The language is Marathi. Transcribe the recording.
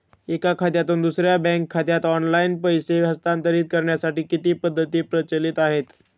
एका खात्यातून दुसऱ्या बँक खात्यात ऑनलाइन पैसे हस्तांतरित करण्यासाठी किती पद्धती प्रचलित आहेत?